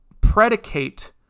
predicate